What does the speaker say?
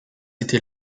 été